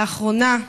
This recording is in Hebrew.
לאחרונה,